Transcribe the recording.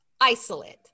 isolate